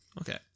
Okay